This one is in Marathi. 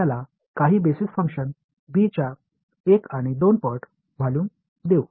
त्याला काही बेसिस फंक्शन b च्या 1 आणि 2 पट व्हॅल्यू देऊ